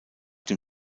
dem